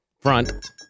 Front